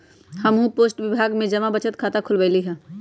हम्हू पोस्ट विभाग में जमा बचत खता खुलवइली ह